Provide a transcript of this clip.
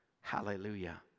Hallelujah